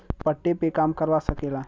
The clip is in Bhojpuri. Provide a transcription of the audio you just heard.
पट्टे पे काम करवा सकेला